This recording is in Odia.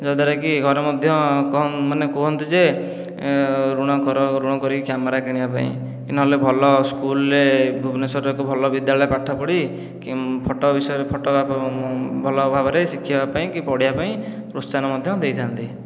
ଯଦ୍ୱାରା କି ଘରେ ମଧ୍ୟ ମାନେ କୁହନ୍ତି ଯେ ଋଣ କର ଋଣ କରିକି କ୍ୟାମେରା କିଣିବା ପାଇଁ ନହେଲେ ଭଲ ସ୍କୁଲ୍ରେ ଭୁବନେଶ୍ୱରର ଏକ ଭଲ ବିଦ୍ୟାଳୟରେ ପାଠ ପଢ଼ି ଫଟୋ ବିଷୟରେ ଭଲଭାବରେ ଶିଖିବା ପାଇଁ କି ପଢ଼ିବା ପାଇଁ ପ୍ରୋତ୍ସାହନ ମଧ୍ୟ ଦେଇଥାନ୍ତି